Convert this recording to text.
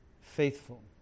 faithful